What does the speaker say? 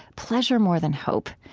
pleasure more than hope,